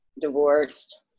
divorced